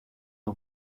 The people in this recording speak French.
ans